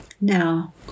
Now